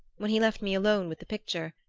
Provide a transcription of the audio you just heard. when he left me alone with the picture,